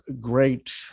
great